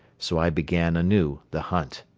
so i began anew the hunt.